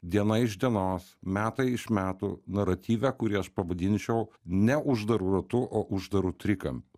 diena iš dienos metai iš metų naratyve kurį aš pavadinčiau ne uždaru ratu o uždaru trikampiu